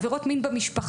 עבירות מין במשפחה,